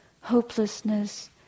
hopelessness